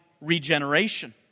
regeneration